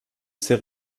ces